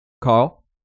carl